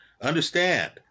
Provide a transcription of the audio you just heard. Understand